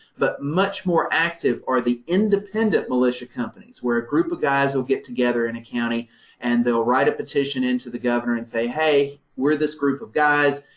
but much more active are the independent militia companies, where a group of guys will get together in a county and they'll write a petition into the governor and say, hey, we're this group of guys,